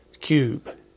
cube